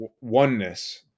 oneness